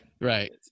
Right